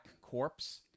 corpse